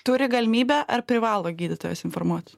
turi galimybę ar privalo gydytojas informuot